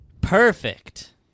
perfect